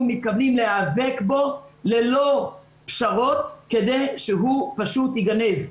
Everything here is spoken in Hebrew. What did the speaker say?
מתכוונים להיאבק בו ללא פשרות כדי שהוא פשוט ייגנז.